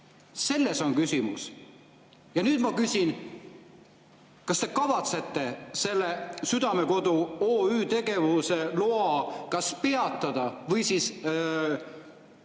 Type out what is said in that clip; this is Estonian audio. Selles on küsimus. Nüüd ma küsin: kas te kavatsete selle Südamekodu OÜ tegevusloa kas peatada või